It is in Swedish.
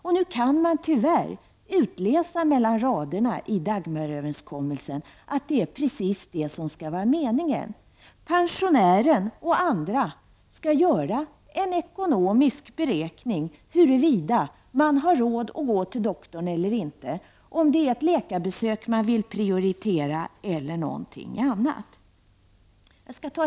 Tyvärr kan man läsa mellan raderna i Dagmaröverenskommelsen att det är precis det som är meningen. Pensionärer och andra skall göra en ekonomisk beräkning för att se om man har råd att gå till doktorn eller inte. Man måste överväga om det är ett läkarbesök eller någonting annat som skall prioriteras.